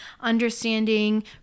understanding